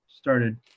started